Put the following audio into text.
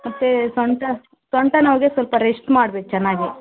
ಮತ್ತು ಸೊಂಟ ಸೊಂಟ ನೋವಿಗೆ ಸ್ವಲ್ಪ ರೆಶ್ಟ್ ಮಾಡ್ಬೇಕು ಚೆನ್ನಾಗಿ